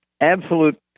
absolute